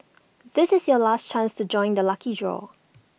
this is your last chance to join the lucky draw